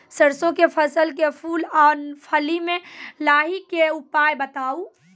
सरसों के फसल के फूल आ फली मे लाहीक के उपाय बताऊ?